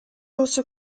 also